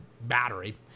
battery